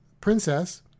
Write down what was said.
Princess